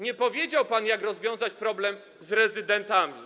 Nie powiedział pan, jak rozwiązać problem z rezydentami.